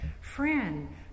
Friend